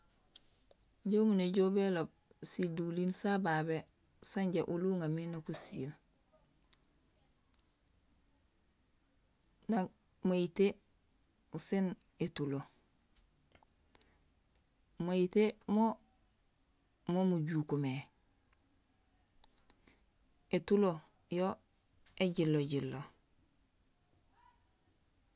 Injé umunéjool béloob siduliin sa babé sanja oli uŋamé nak usiil: nang mayité séén étulo. Mayité mo, mo mujuuk mé, étulo yo éjinlojinlo